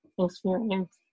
experience